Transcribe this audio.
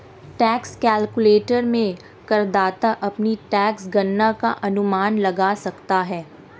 tax calculator में करदाता अपनी टैक्स गणना का अनुमान लगा सकता है